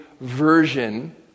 version